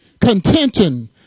contention